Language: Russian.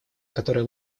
которая